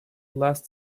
last